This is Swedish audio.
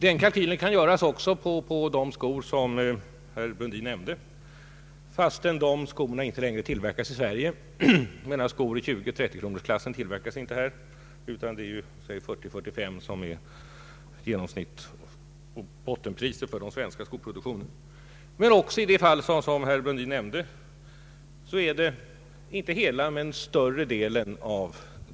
Härtill kommer att skor i 20 till 30-kronorsklassen inte längre fabriceras här i landet, utan bottenpriset i den svenska skoproduktionen är 40—453 kronor.